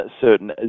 certain